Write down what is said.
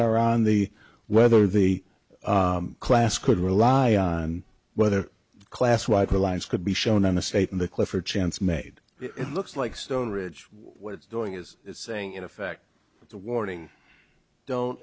are on the whether the class could rely on whether class white lines could be shown on the state of the cliff or chance made it looks like stone ridge what it's doing is saying in effect the warning don't